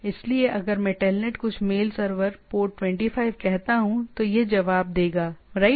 इसलिए अगर मैं टेलनेट कुछ मेल सर्वर पोर्ट 25 कहता हूं तो यह जवाब देगा राइट